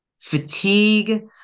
fatigue